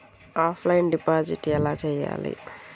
Offline deposit ఎలా చేయాలి?